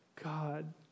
God